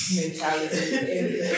mentality